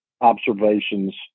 observations